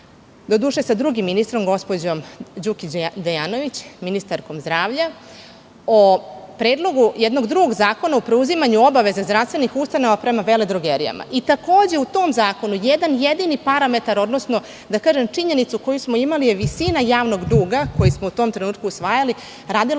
doduše sa drugim ministrom, gospođom Đukić Dejanović, ministarkom zdravlja, o predlogu jednog drugog zakona o preuzimanju obaveza zdravstvenih ustanova prema veledrogerijama i takođe, u tom zakonu jedan jedini parametar odnosno, da kažem činjenica koju smo imali je visina javnog duga koji smo u tom trenutku usvajali. Radilo